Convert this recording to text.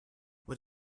what